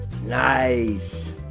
Nice